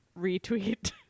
Retweet